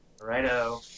righto